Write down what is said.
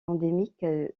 endémique